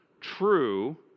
true